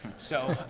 so,